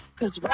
Cause